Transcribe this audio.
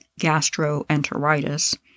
gastroenteritis